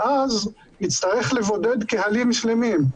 ואז נצטרך לבודד קהלים שלמים.